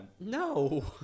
No